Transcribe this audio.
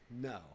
no